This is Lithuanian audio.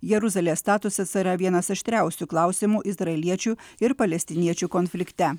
jeruzalės statusas yra vienas aštriausių klausimų izraeliečių ir palestiniečių konflikte